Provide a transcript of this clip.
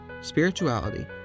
spirituality